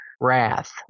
wrath